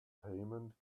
payment